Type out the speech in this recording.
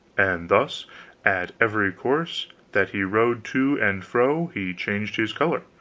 and thus at every course that he rode to and fro he changed his color,